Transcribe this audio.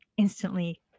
instantly